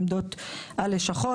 על לשכות,